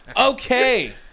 Okay